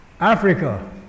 Africa